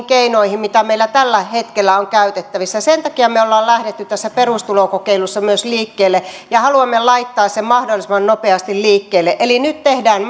keinoihin mitä meillä tällä hetkellä on käytettävissä ja sen takia me olemme lähteneet tässä perustulokokeilussa myös liikkeelle ja haluamme laittaa sen mahdollisimman nopeasti liikkeelle eli nyt tehdään